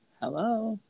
Hello